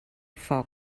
foc